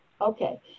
Okay